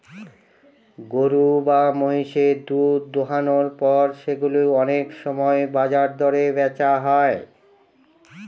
গরু বা মহিষের দুধ দোহানোর পর সেগুলো অনেক সময় বাজার দরে বেচা হয়